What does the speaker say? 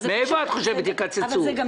מאיפה את חושבת יקצצו?